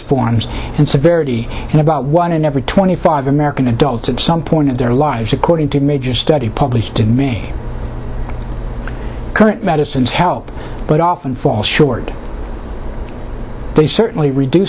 in about one in every twenty five american adults at some point in their lives according to major study published to me current medicines help but often fall short they certainly reduce